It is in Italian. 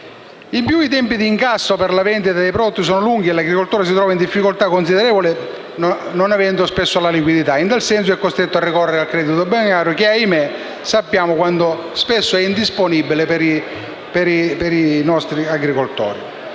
Inoltre, i tempi di incasso per la vendita dei prodotti sono lunghi e l'agricoltore si trova in difficoltà considerevoli non avendo spesso liquidità; in tal senso, è costretto a ricorrere al credito bancario che - ahimè - sappiamo essere spesso indisponibile per i nostri agricoltori.